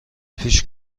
پیش